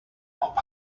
mop